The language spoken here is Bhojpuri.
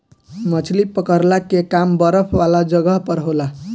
मछली पकड़ला के काम बरफ वाला जगह पर होला